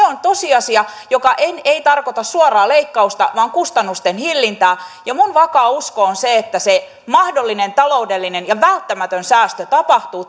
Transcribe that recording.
on tosiasia joka ei tarkoita suoraa leikkausta vaan kustannusten hillintää minun vakaa uskoni on se että se mahdollinen taloudellinen ja välttämätön säästö tapahtuu